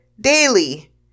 daily